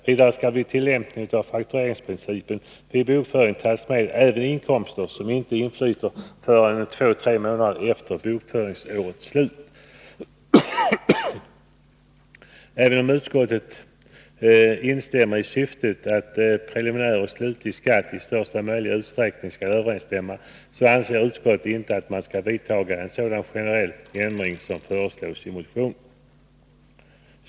Vidare skall vid tillämpning av faktureringsprincipen vid bokföring tas med även inkomster som inte inflyter förrän två tre månader efter bokföringsårets slut. Även om utskottet instämmer i syftet att preliminär och slutlig skatt i största möjliga utsträckning skall överensstämma, anser utskottet inte att man skall vidta en sådan generell ändring som föreslås i motionen.